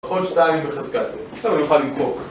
בכל שתיים בחזקת, ...